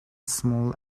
small